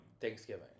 Thanksgiving